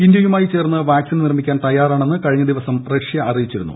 ഇന്ത്യയുമായി ചേർന്ന് വാക്സിൻ നിർമിക്കാൻ തയ്യാറാണെന്ന് കഴിഞ്ഞ ദിവസം റഷ്യ അറിയിച്ചിരുന്നു